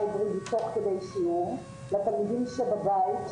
היברידית תוך כדי שיעור לתלמידים שבבית,